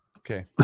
Okay